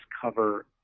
cover